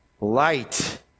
light